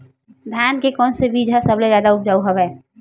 धान के कोन से बीज ह सबले जादा ऊपजाऊ हवय?